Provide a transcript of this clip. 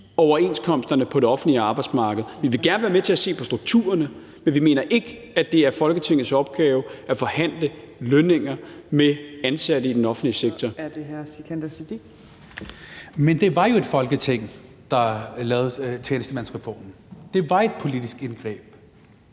overenskomsterne på det offentlige arbejdsmarked. Vi vil gerne være med til at se på strukturerne, men vi mener ikke, at det er Folketingets opgave at forhandle lønninger med ansatte i den offentlige sektor. Kl. 17:11 Fjerde næstformand (Trine Torp): Så er det hr. Sikandar